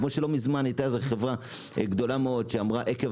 כמו שלא מזמן הייתה איזה חברה גדולה מאוד שאמרה שעקב